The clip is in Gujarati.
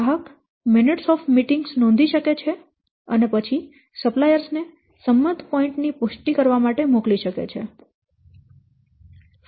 ગ્રાહક મીનીટ્સ ઓફ મીટિંગ્સ નોંધી શકે છે અને પછી સપ્લાયર્સ ને સંમત પોઇન્ટ ની પુષ્ટિ કરવા માટે મોકલી શકે છે